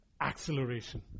acceleration